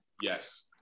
Yes